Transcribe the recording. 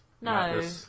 No